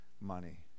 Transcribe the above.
money